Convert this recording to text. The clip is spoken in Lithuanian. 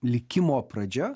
likimo pradžia